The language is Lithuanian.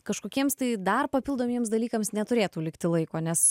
kažkokiems tai dar papildomiems dalykams neturėtų likti laiko nes